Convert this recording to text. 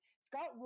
Scott